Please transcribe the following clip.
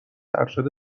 ارشد